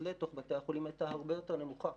לתוך בתי החולים הייתה הרבה יותר נמוכה,